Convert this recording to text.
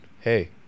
hey